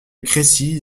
crécy